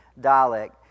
dialect